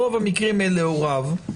ברוב המקרים אלה הוריו,